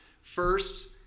First